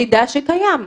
מידע שקיים.